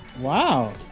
Wow